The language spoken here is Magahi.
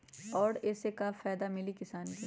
और ये से का फायदा मिली किसान के?